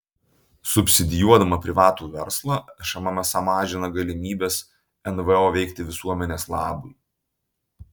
subsidijuodama privatų verslą šmm esą mažina galimybes nvo veikti visuomenės labui